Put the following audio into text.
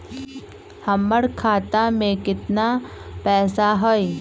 हमर खाता में केतना पैसा हई?